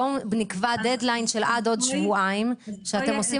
בואו נקבע דד ליין לעוד שבועיים שאתם עושים